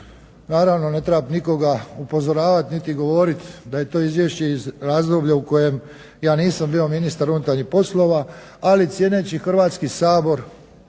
Naravno ne treba nikoga upozoravati niti govoriti da je to izvješće iz razdoblja u kojem ja nisam bio ministar unutarnjih poslova. Ali cijeneći Hrvatski sabor